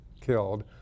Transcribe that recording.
killed